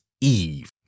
Eve